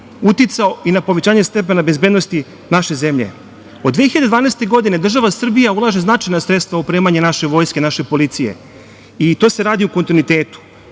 uticao i na povećanje stepena bezbednosti naše zemlje. Od 2012. godine, država Srbija ulaže značajna sredstva u opremanje naše vojske i naše policije, i to se radi u kontinuitetu.